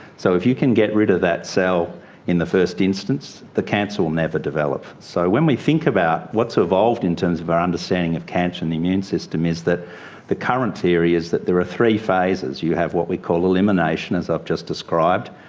so if you can get rid of that cell in the first instance, the cancer will never develop. so when we think about what's evolved in terms of our understanding of cancer and the immune system is that the current theory is that there are three phases. you have what we call elimination, as i've just described,